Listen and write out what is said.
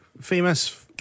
famous